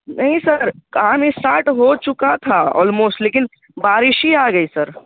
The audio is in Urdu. نہیں سر کام اسٹارٹ ہو چکا تھا آلموسٹ لیکن بارش ہی آ گئی سر